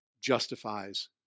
justifies